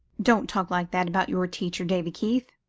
don't talk like that about your teacher, davy keith,